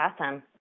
awesome